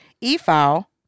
e-file